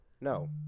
No